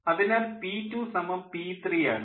അതിനാൽ പി2 സമം പി3 P2P3 ആണ്